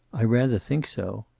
i rather think so.